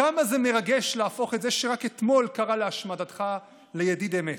כמה זה מרגש להפוך את זה שרק אתמול קרא להשמדתך לידיד אמת.